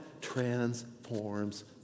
transforms